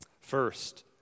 First